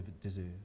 deserve